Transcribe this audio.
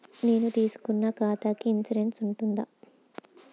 నేను తీసుకున్న ఖాతాకి ఇన్సూరెన్స్ ఉందా?